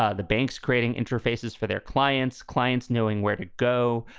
ah the banks creating interfaces for their clients, clients knowing where to go.